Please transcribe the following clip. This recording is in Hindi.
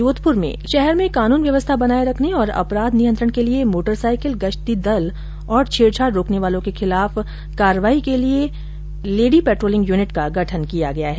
जोधप्र शहर में कानून व्यवस्था बनाए रखने और अपराध नियंत्रण के लिए मोटरसाइकिल गश्ती दल और छेड़छाड़ रोकने वालों के खिलाफ कार्रवाई के लिए लेडी पेट्रोलिंग यूनिट का गठन किया गया है